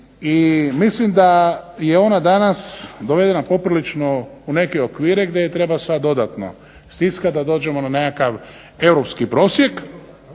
i mislim da je ona danas dovedena poprilično u neke okvire gdje je treba sad dodatno stiskati da dođemo na nekakav europski prosjek.